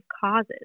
causes